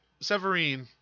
Severine